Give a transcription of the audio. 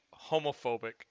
homophobic